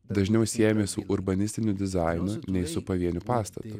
dažniau siejami su urbanistiniu dizainu nei su pavieniu pastatu